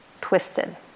twisted